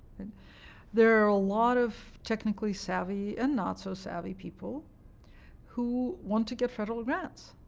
and there are a lot of technically savvy and not so savvy people who want to get federal grants,